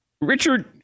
Richard